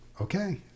Okay